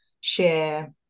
share